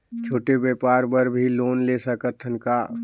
छोटे व्यापार बर भी लोन ले सकत हन का?